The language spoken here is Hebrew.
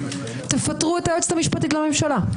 תפטרו את היועצת המשפטית לממשלה?